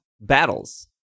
battles